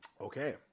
Okay